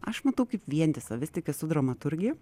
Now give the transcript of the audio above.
aš matau kaip vientisą vis tik esu dramaturgė